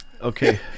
Okay